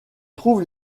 trouve